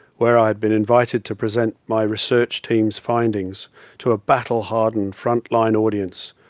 where i'd been invited to present my research team's findings to a battle hardened front line audience,